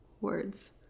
words